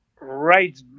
right